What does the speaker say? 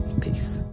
Peace